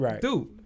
Dude